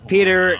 Peter